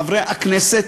חברי הכנסת,